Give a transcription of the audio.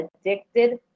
addicted